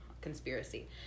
conspiracy